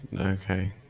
okay